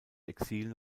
exil